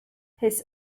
his